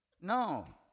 No